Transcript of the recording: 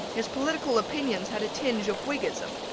his political opinions had a tinge of whiggism.